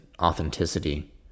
authenticity